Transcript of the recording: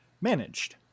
managed